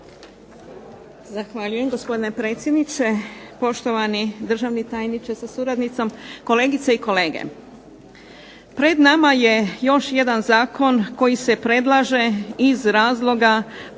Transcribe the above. Zahvaljujem, gospodine predsjedniče. Poštovani državni tajniče sa suradnicom, kolegice i kolege. Pred nama je još jedan zakon koji se predlaže iz razloga